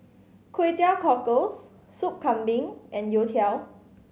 Kway Teow Cockles Sup Kambing and youtiao